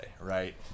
right